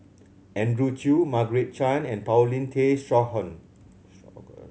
Andrew Chew Margaret Chan and Paulin Tay Straughan